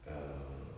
err